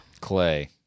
Clay